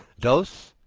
dose,